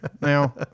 now